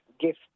gift